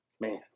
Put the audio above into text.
Man